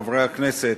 חברי הכנסת,